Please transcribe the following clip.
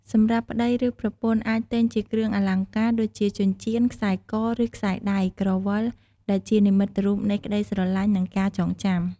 សម្រាប់ប្ដី ឬប្រពន្ធ អាចទិញជាគ្រឿងអលង្ការ ដូចជាចិញ្ចៀន ខ្សែក ឬខ្សែដៃ ក្រវិល ដែលជានិមិត្តរូបនៃក្តីស្រឡាញ់ និងការចងចាំ។